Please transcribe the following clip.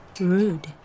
Rude